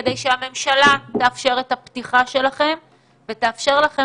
וכדי שהממשלה תאפשר את הפתיחה שלכם ותאפשר לכם